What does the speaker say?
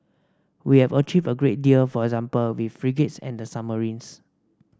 we have achieved a great deal for example with frigates and the submarines